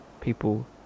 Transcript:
people